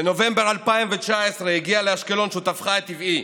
בנובמבר 2019 הגיע לאשקלון שותפך הטבעי